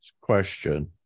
question